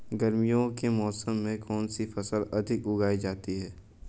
गर्मियों के मौसम में कौन सी फसल अधिक उगाई जाती है?